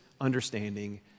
understanding